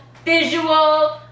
visual